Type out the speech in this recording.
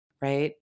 right